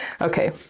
Okay